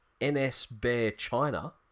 nsbearchina